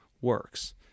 works